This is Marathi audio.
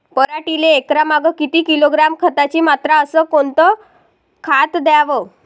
पराटीले एकरामागं किती किलोग्रॅम खताची मात्रा अस कोतं खात द्याव?